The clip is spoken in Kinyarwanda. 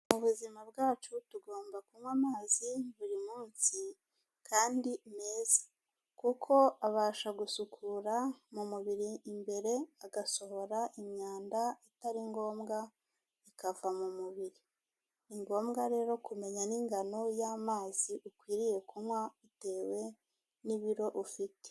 Mu buzima bwacu tugomba kunywa amazi buri munsi kandi meza. Kuko abasha gusukura mu mubiri imbere agasohora imyanda itari ngombwa ikava mu mubiri. Ni ngombwa rero kumenya n'ingano y'amazi ukwiriye kunywa bitewe n'ibiro ufite.